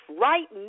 right